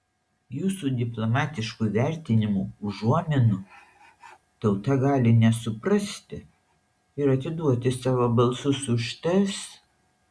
jūsų diplomatiškų vertinimų užuominų tauta gali nesuprasti ir atiduoti savo balsus už ts